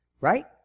Right